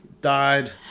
died